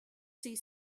see